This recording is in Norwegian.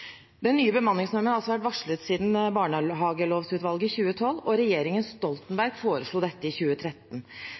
Den nye bemanningsnormen har altså vært varslet siden barnehagelovutvalget i 2012, og regjeringen Stoltenberg foreslo dette i 2013.